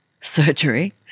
surgery